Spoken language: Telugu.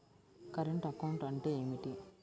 కరెంటు అకౌంట్ అంటే ఏమిటి?